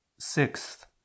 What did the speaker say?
sixth